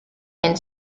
and